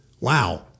wow